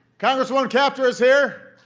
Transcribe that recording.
congresswoman kaptur is here.